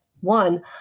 one